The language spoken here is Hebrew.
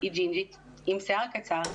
היא ג'ינג'ית עם שיער קצר,